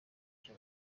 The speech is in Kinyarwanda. icyo